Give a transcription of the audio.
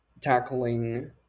tackling